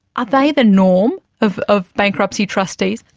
are they the norm of of bankruptcy trustees?